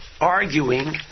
arguing